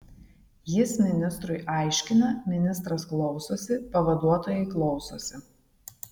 jis ministrui aiškina ministras klausosi pavaduotojai klausosi